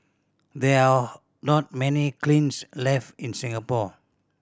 there are not many kilns left in Singapore